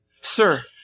Sir